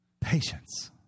Patience